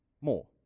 more